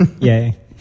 Yay